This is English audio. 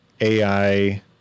AI